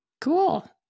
Cool